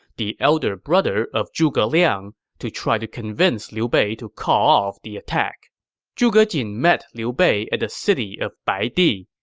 the elder brother of zhuge liang, to try to convince liu bei to call off the attack zhuge jin met liu bei at the city of baidi.